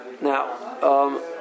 now